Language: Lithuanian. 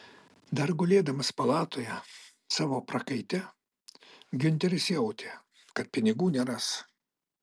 dar gulėdamas palatoje savo prakaite giunteris jautė kad pinigų neras